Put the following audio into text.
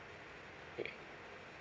okay